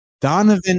Donovan